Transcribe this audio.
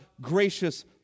gracious